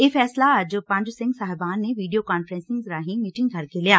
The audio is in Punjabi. ਇਹ ਫੈਸਲਾ ਅੱਜ ਪੰਜ ਸਿੰਘ ਸਾਹਿਬਾਨ ਨੇ ਵੀਡੀਓ ਕਾਨਫਰੰਸਿੰਗ ਰਾਹੀ ਮੀਟਿੰਗ ਕਰਕੇ ਲਿਆ